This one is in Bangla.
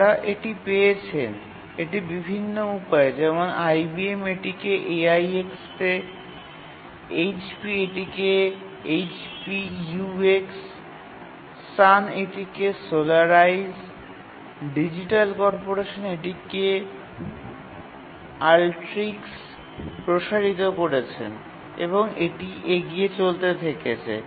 যাঁরা এটি পেয়েছেন এটি বিভিন্ন উপায়ে যেমন IBM এটিকে AIX তে HP এটিকে HP UX Sun এটিকে Solaris ডিজিটাল কর্পোরেশন এটিকে Ultrix প্রসারিত করেছেন এবং এটি এগিয়ে চলতে থেকেছে